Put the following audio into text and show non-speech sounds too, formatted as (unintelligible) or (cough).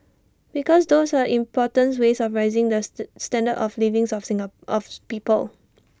because those are importance ways of rising those the standard of livings of (unintelligible) people